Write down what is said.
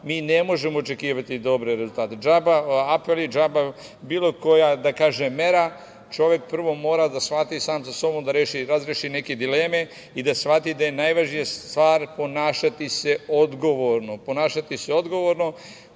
mi ne možemo očekivati dobre rezultate. Džaba apeli, džaba bilo koja, da kažem, mera, čovek prvo mora da shvati sam sa sobom da razreši neke dileme i da shvati da je najvažnija stvar ponašati se odgovorno,